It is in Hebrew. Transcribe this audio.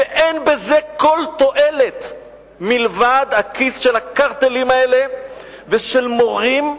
ואין בזה כל תועלת מלבד הכיס של הקרטלים האלה ושל מורים,